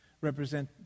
represent